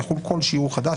יחול כל שיעור חדש,